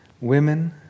Women